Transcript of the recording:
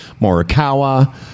Morikawa